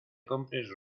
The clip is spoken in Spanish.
compres